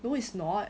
no it's not